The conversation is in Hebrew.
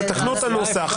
תתקנו את הנוסח,